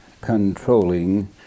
controlling